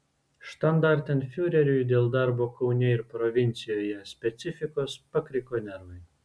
štandartenfiureriui dėl darbo kaune ir provincijoje specifikos pakriko nervai